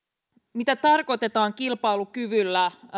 mitä tarkoitetaan kilpailukyvyllä